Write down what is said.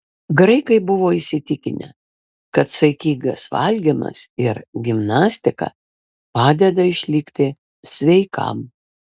graikai buvo įsitikinę kad saikingas valgymas ir gimnastika padeda išlikti sveikam